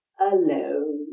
alone